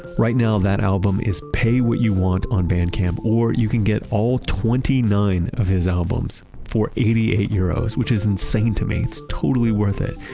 right now that album is pay what you want on bandcamp. or you can get all twenty nine of his albums for eighty eight euros, which is insane to me, totally worth it.